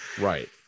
right